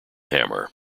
hammer